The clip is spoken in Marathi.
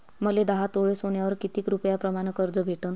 मले दहा तोळे सोन्यावर कितीक रुपया प्रमाण कर्ज भेटन?